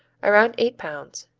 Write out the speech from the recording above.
around eight pounds.